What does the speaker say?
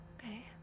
Okay